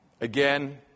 Again